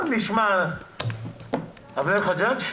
אבנר חג'ג',